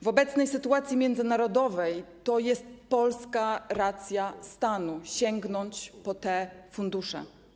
W obecnej sytuacji międzynarodowej to jest polska racja stanu sięgnąć po te fundusze.